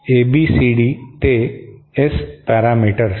ABCD ते S parameters